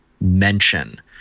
mention